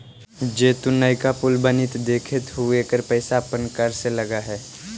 जे तु नयका पुल बनित देखित हहूँ एकर पईसा अपन कर से ही लग हई